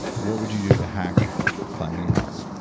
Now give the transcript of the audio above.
what would you do to hack climbing a mountain?